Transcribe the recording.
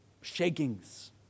shakings